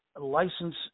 license